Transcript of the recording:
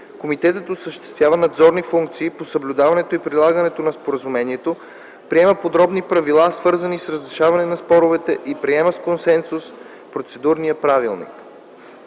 Комитетът осъществява надзорни функции по съблюдаването и прилагането на Споразумението, приема подробни правила, свързани с разрешаване на спорове и приема с консенсус процедурния правилник.